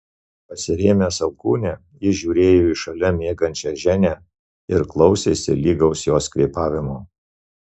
pasirėmęs alkūne jis žiūrėjo į šalia miegančią ženią ir klausėsi lygaus jos kvėpavimo